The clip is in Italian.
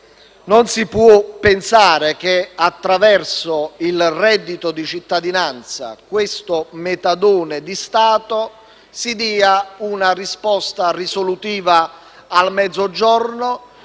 Non si può pensare di dare attraverso il reddito di cittadinanza, il metadone di Stato, una risposta risolutiva al Mezzogiorno